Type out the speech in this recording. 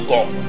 God